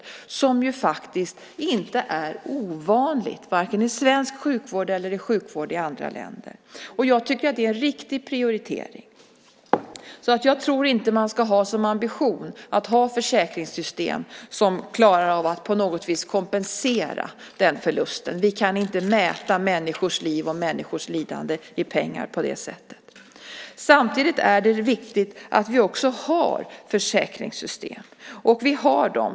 Det är ju faktiskt inte ovanligt - varken i svensk sjukvård eller i sjukvård i andra länder. Jag tycker att det är en riktig prioritering. Jag tror inte att man ska ha som ambition att ha försäkringssystem som klarar av att på något vis kompensera den förlusten. Vi kan inte mäta människors liv och människors lidande i pengar på det sättet. Det är samtidigt viktigt att vi har försäkringssystem. Vi har dem.